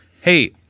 Hey